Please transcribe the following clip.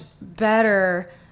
better